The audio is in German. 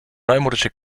neumodische